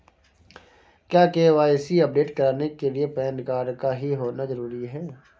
क्या KYC update कराने के लिए पैन कार्ड का ही होना जरूरी है?